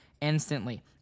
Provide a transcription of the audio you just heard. instantly